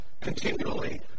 continually